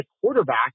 quarterback